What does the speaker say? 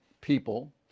people